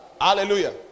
hallelujah